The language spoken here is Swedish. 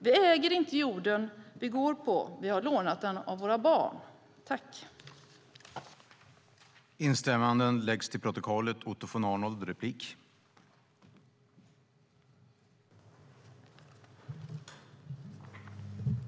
Vi äger inte jorden vi går på; vi har lånat den av våra barn. I detta anförande instämde Jan Lindholm och Kew Nordqvist .